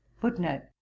Footnote